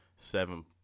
Seven